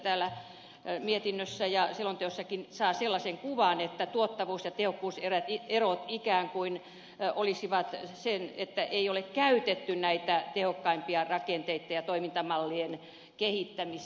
täällä mietinnössä ja selonteossakin saa sellaisen kuvan että tuottavuus ja tehokkuuserot ikään kuin olisivat sellaiset että ei ole käytetty näitä tehokkaimpia rakenteitten ja toimintamal lien kehittämisiä